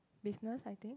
business I think